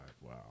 wow